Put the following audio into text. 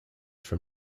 from